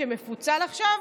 שמפוצל עכשיו,